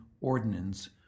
ordinance